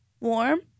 Warm